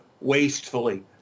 wastefully